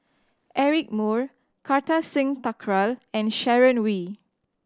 Eric Moo Kartar Singh Thakral and Sharon Wee